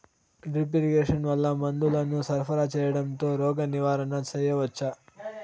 Drip irrigation వల్ల మందులను సరఫరా సేయడం తో రోగ నివారణ చేయవచ్చా?